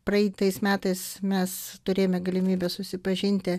praeitais metais mes turėjome galimybę susipažinti